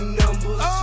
numbers